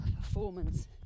performance